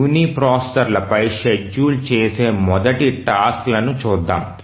యునిప్రాసెసర్లపై schedule చేసే మొదటి task లను చూద్దాం